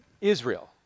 Israel